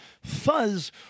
fuzz